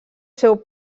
seu